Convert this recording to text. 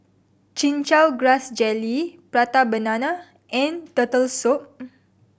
Chin Chow Grass Jelly Prata Banana and Turtle Soup